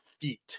feet